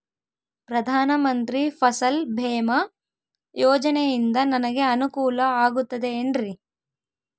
ಪ್ರಧಾನ ಮಂತ್ರಿ ಫಸಲ್ ಭೇಮಾ ಯೋಜನೆಯಿಂದ ನನಗೆ ಅನುಕೂಲ ಆಗುತ್ತದೆ ಎನ್ರಿ?